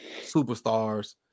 superstars